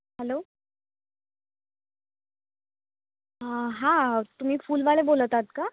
hello हां तुम्ही फुलवाल्या बोलत आहात का